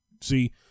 See